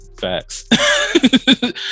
facts